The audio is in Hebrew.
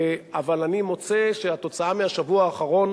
אבל אני מוצא שהתוצאה מהשבוע האחרון